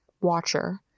watcher